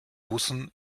bussen